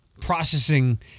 processing –